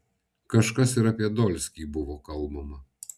kažkas ir apie dolskį buvo kalbama